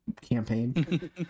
campaign